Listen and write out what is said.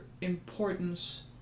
importance